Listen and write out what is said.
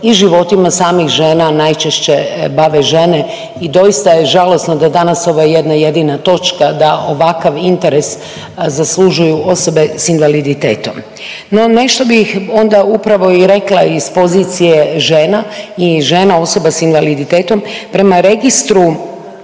i životima samih žena najčešće bave žene. I doista je žalosno da danas ova jedna jedina točka da ovakav interes zaslužuju osobe s invaliditetom. No nešto bih onda upravo i rekla iz pozicija žena i žena osoba s invaliditetom, prema Registru